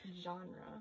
genre